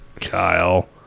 Kyle